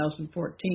2014